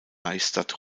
reichsstadt